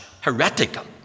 heretical